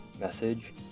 message